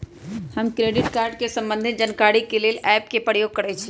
हम credit card से संबंधित जानकारी के लेल एप के प्रयोग करइछि